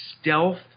stealth